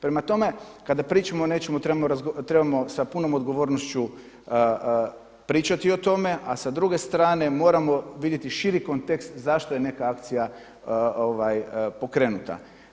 Prema tome kada pričamo o nečemu trebamo sa punom odgovornošću pričati o tome a sa druge strane moramo vidjeti širi kontekst zašto je neka akcija pokrenuta.